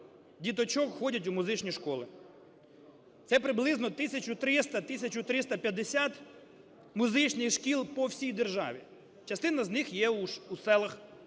діточок ходять у музичні школи. Це приблизно 1300-1350 музичних шкіл по всій державі, частина з них є у селах.